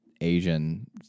Asian